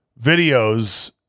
Videos